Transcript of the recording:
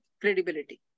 credibility